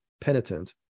penitent